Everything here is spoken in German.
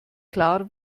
klar